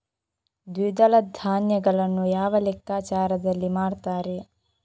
ದ್ವಿದಳ ಧಾನ್ಯಗಳನ್ನು ಯಾವ ಲೆಕ್ಕಾಚಾರದಲ್ಲಿ ಮಾರ್ತಾರೆ?